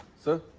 sir.